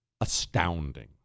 astounding